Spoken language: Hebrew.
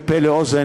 מפה לאוזן,